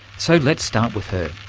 so let's start with her.